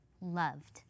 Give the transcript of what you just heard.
loved